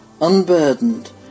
unburdened